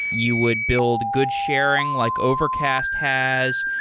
you would build good sharing, like overcast has.